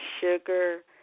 sugar